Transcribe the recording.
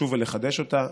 לשוב ולחדש אותה.